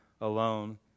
alone